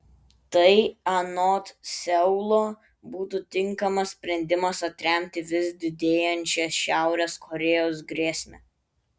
tai anot seulo būtų tinkamas sprendimas atremti vis didėjančią šiaurės korėjos grėsmę